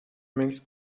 makes